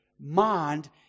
mind